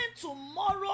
tomorrow